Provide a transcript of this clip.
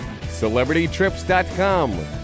CelebrityTrips.com